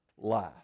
life